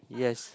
yes